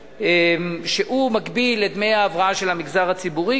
שהוא מקביל לדמי הבראה של המגזר הציבורי,